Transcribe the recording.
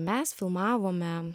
mes filmavome